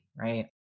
Right